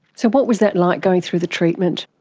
so what was that like, going through the treatment?